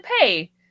pay